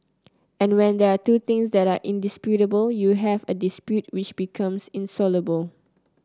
and when there are two things that are indisputable you have a dispute which becomes insoluble